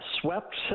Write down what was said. swept